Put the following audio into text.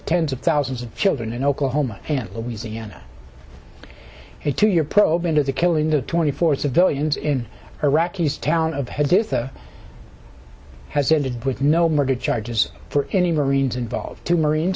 tens of thousands of children in oklahoma and louisiana it to your probe into the killing of twenty four civilians in iraqi's town of haditha has ended with no murder charges for any marines involved two marines